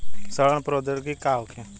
सड़न प्रधौगिकी का होखे?